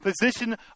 position